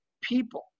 people